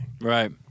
Right